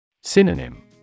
Synonym